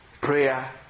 prayer